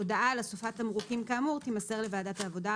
הודעה על הוספת תמרוקים כאמור תימסר לוועדת העבודה,